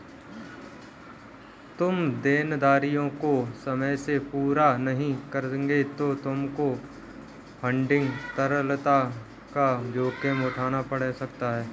तुम देनदारियों को समय से पूरा नहीं करोगे तो तुमको फंडिंग तरलता का जोखिम उठाना पड़ सकता है